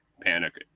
panic